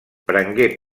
prengué